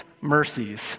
mercies